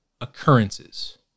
occurrences